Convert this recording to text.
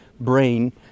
brain